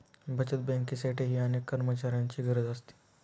बचत बँकेसाठीही अनेक कर्मचाऱ्यांची गरज असते